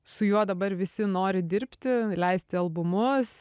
su juo dabar visi nori dirbti leisti albumus